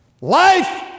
Life